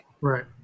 Right